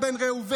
איל בן ראובן,